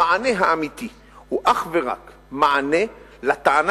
המענה האמיתי הוא אך ורק מענה על הטענה